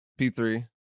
P3